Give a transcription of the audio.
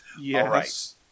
yes